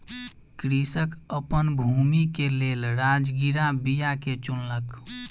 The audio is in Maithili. कृषक अपन भूमि के लेल राजगिरा बीया के चुनलक